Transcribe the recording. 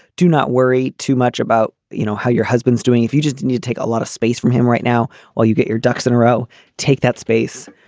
do not worry too much about you know how your husband's doing if you just need take a lot of space from him right now. while you get your ducks in a row take that space.